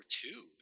two